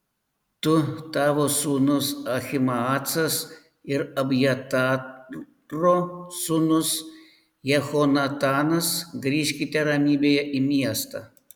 tu tavo sūnus ahimaacas ir abjataro sūnus jehonatanas grįžkite ramybėje į miestą